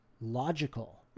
logical